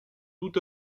tout